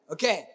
Okay